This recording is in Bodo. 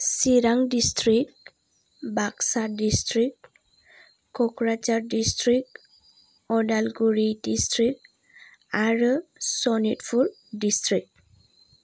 चिरां district Baksa district Kokrajhar district Udalguri district आरो सनितपुर दिसट्रिक्ट